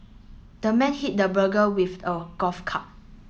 the man hit the burglar with a golf club